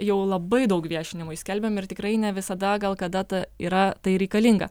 jau labai daug viešinimui skelbiam ir tikrai ne visada gal kada ta yra tai reikalinga